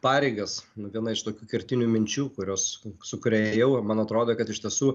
pareigas viena iš tokių kertinių minčių kurios su kuria ėjau man atrodė kad iš tiesų